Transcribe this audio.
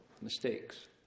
mistakes